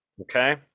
okay